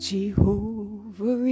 Jehovah